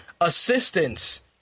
assistance